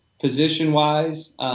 position-wise